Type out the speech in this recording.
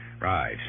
Right